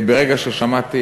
ברגע ששמעתי